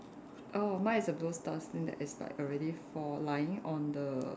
oh my is a blue stars then there is like already four lying on the